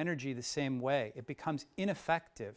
energy the same way it becomes ineffective